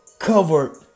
covered